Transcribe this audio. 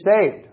saved